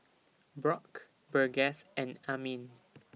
Brock Burgess and Amin